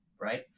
right